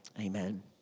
Amen